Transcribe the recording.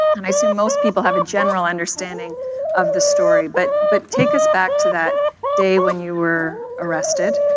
and i assume most people have a general understanding of the story, but but take us back to that day when you were arrested.